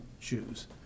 Jews